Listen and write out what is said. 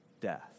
death